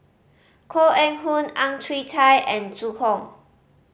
Koh Eng Hoon Ang Chwee Chai and Zhu Hong